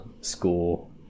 school